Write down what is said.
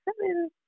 seven